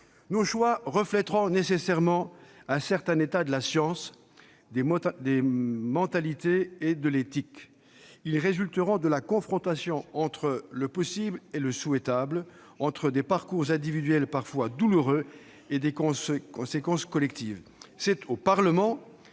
Nos choix refléteront nécessairement un certain état de la science, des mentalités et de l'éthique. Ils résulteront de la confrontation entre le possible et le souhaitable, entre des parcours individuels parfois douloureux et des conséquences collectives. C'est au Parlement